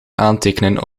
aantekenen